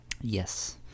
Yes